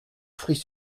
fruits